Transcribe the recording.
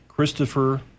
Christopher